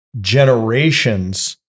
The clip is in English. generations